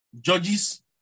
Judges